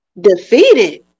defeated